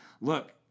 look